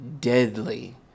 deadly